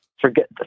Forget